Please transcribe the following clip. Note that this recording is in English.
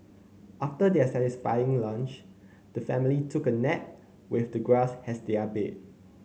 after their satisfying lunch the family took a nap with the grass has their bed